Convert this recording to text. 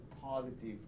positive